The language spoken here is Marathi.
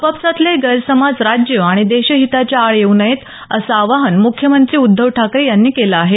आपापसातले गैरसमज राज्य आणि देशहिताच्या आड येऊ नयेत असं आवाहन मुख्यमंत्री उद्धव ठाकरे यांनी केलं आहे